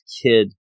kid